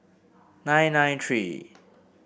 nine nine three